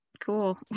cool